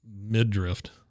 mid-drift